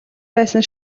байсан